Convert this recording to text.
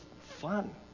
fun